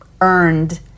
earned